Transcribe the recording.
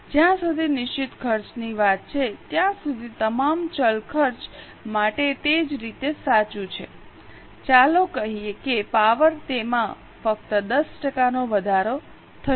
જ્યાં સુધી નિશ્ચિત ખર્ચની વાત છે ત્યાં સુધી તમામ ચલ ખર્ચ માટે તે જ રીતે સાચું છે ચાલો કહીએ કે પાવર તેમાં ફક્ત 10 ટકાનો વધારો થશે